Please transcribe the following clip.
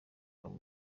kuva